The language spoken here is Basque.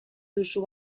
duzu